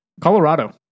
Colorado